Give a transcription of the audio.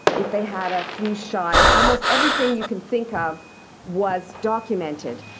if they had a flu shot. almost everything you could think of was documented.